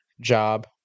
job